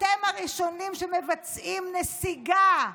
אתם הראשונים שמבצעים נסיגה.